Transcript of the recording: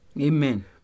Amen